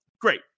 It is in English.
Great